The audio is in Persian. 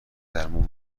درمان